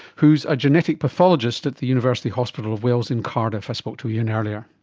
who's a genetic pathologist at the university hospital of wales in cardiff. i spoke to ian earlier.